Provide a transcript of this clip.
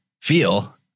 feel